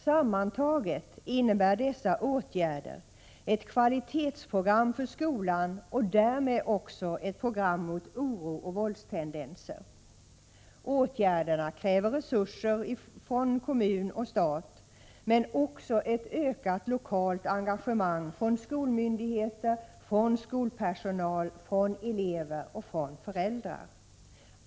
Sammantaget innebär dessa åtgärder ett kvalitetsprogram för skolan och därmed också ett program mot oro och våldstendenser. Åtgärderna kräver resurser från kommun och stat men också ett ökat lokalt engagemang från skolmyndigheter, skolpersonal, elever och föräldrar.